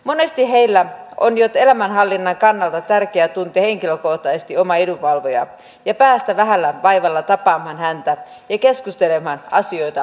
monesti heille on jo elämänhallinnan kannalta tärkeää tuntea henkilökohtaisesti oma edunvalvoja ja päästä vähällä vaivalla tapaamaan häntä ja keskustelemaan asioista kasvotusten